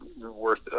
worth